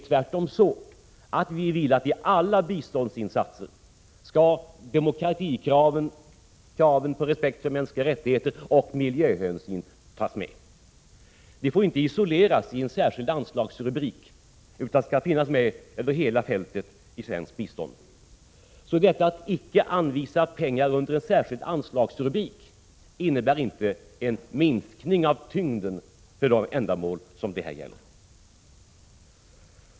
Tvärtom vill vi att man i alla biståndsinsatser skall ta med kraven på demokrati, respekt för mänskliga rättigheter och miljöhänsyn. De kraven får inte isoleras under en särskild anslagsrubrik utan skall finnas med över hela fältet i svenskt bistånd. Detta att inte anvisa pengar under en särskild anslagsrubrik innebär alltså inte att vi bortser från vikten av de ändamål som det gäller här.